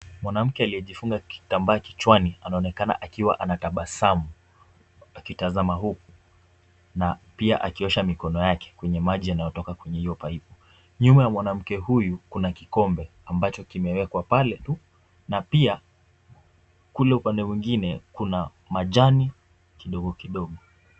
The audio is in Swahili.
Mwanamke alijifunza kitambaa kichwani anaonekana akiwa anatabasamu, akitazama huku. Na pia akiwasha mikono yake kwenye maji yanayotoka kwenye hiyo paip . Nyuma ya mwanamke huyu kuna kikombe, ambacho kimewekwa pale tu, na pia kule upande mwingine kuna majani kidogo kidogo.